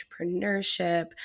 entrepreneurship